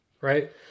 right